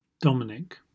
Dominic